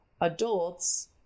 adults